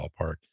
ballpark